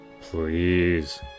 Please